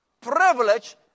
privilege